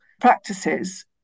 practices